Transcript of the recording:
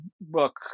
book